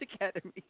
academy